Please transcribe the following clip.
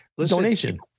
Donation